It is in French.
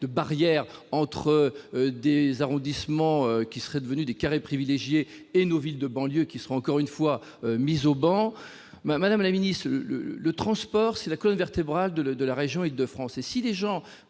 -une barrière entre des arrondissements qui seraient devenus des carrés privilégiés et nos villes de banlieue, qui, encore une fois, seront mises au ban ? Madame la ministre, le transport, c'est la colonne vertébrale de la région d'Île-de-France.